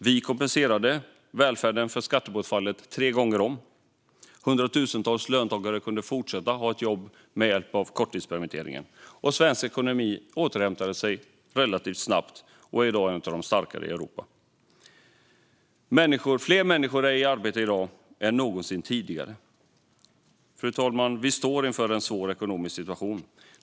Vi kompenserade välfärden för skattebortfallet tre gånger om. Hundratusentals löntagare kunde behålla sina jobb med hjälp av korttidspermitteringen. Svensk ekonomi återhämtade sig relativt snabbt och är i dag en av de starkare i Europa. Fler människor är i arbete i dag än någonsin tidigare. Fru talman! Vi står inför en svår ekonomisk situation.